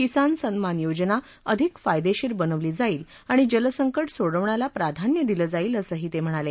किसान सन्मान योजना अधिक फायदेशीर बनवली जाईल आणि जलसंकट सोडवण्याला प्राधान्य दिलं जाईल असंही ते म्हणाले